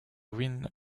ruines